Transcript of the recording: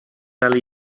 fel